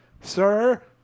sir